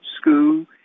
school